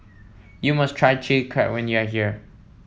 you must try Chili Crab when you are here